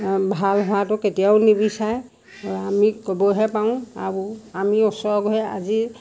ভাল হোৱাটো কেতিয়াও নিবিচাৰে আমি ক'বহে পাৰোঁ আৰু আমি ওচৰৰ ঘৰে আজি